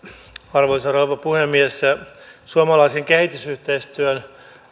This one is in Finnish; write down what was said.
arvoisa rouva puhemies suomalaisen kehitysyhteistyön